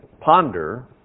ponder